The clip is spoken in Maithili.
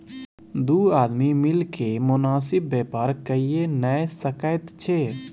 दू आदमी मिलिकए मोनासिब बेपार कइये नै सकैत छै